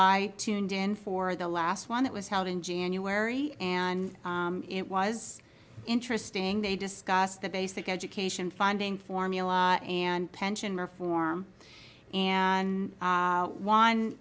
i tuned in for the last one that was held in january and it was interesting they discussed the basic education funding formula and pension reform and